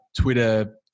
Twitter